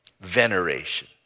Veneration